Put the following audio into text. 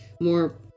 more